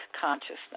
consciousness